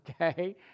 okay